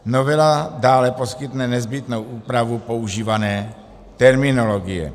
Novela dále poskytne nezbytnou úpravu používané terminologie.